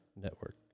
network